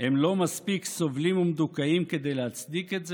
"הם לא מספיק סובלים ומדוכאים כדי להצדיק את זה?